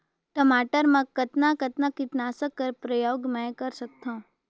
टमाटर म कतना कतना कीटनाशक कर प्रयोग मै कर सकथव?